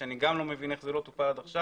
אני גם לא מבין איך זה לא טופל עד עכשיו,